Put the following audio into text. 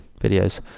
videos